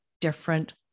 different